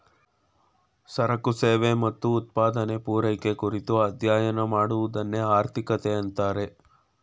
ಸರಕು ಸೇವೆ ಮತ್ತು ಉತ್ಪಾದನೆ, ಪೂರೈಕೆ ಕುರಿತು ಅಧ್ಯಯನ ಮಾಡುವದನ್ನೆ ಆರ್ಥಿಕತೆ ಅಂತಾರೆ